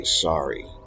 sorry